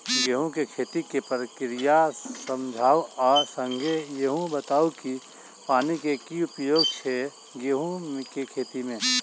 गेंहूँ केँ खेती केँ प्रक्रिया समझाउ आ संगे ईहो बताउ की पानि केँ की उपयोग छै गेंहूँ केँ खेती में?